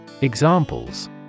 Examples